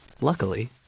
luckily